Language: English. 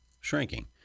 shrinking